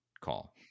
call